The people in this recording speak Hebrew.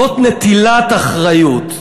זאת נטילת אחריות.